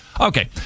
Okay